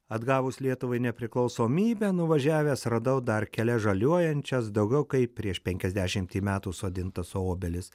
atgavus lietuvai nepriklausomybę nuvažiavęs radau dar kelias žaliuojančias daugiau kaip prieš penkiasdešimtį metų sodintas obelis